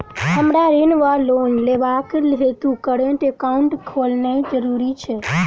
हमरा ऋण वा लोन लेबाक हेतु करेन्ट एकाउंट खोलेनैय जरूरी छै?